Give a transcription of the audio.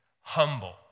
humble